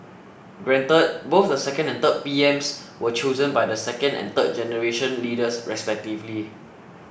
granted both the second and third PMs were chosen by the second and third generation leaders respectively